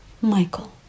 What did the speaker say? Michael